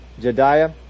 Jediah